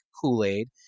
Kool-Aid